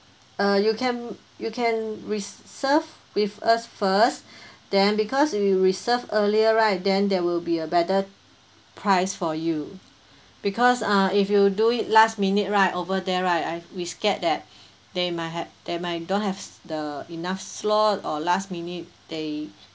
uh you can you can reserve with us first then because you reserve earlier right then there will be a better price for you because uh if you do it last minute right over there right I we scared that they might ha~ they might don't have the enough slot or last minute they